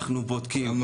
אנחנו בודקים,